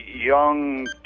Young